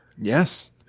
Yes